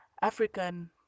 African